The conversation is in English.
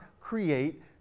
create